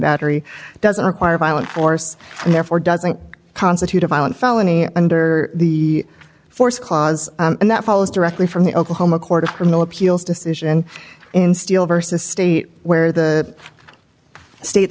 battery doesn't require violent force and therefore doesn't constitute a violent felony under the force clause and that follows directly from the oklahoma court of criminal appeals decision in steel versus state where the state